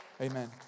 Amen